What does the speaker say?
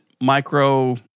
micro